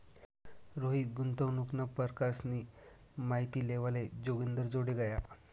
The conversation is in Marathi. रोहित गुंतवणूकना परकारसनी माहिती लेवाले जोगिंदरजोडे गया